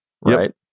right